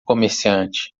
comerciante